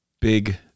big